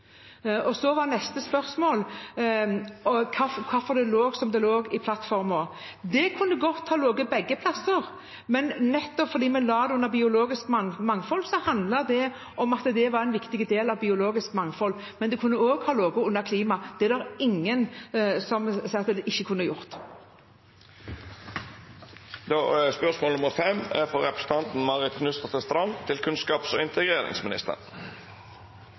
Neste spørsmål var hvorfor det lå som det lå i plattformen. Det kunne godt ha ligget på begge plasser, men da vi la det under «biologisk mangfold», handlet det nettopp om at det var en viktig del av biologisk mangfold. Det kunne også ha ligget under «klima». Det er det ingen som sier at det ikke kunne gjort.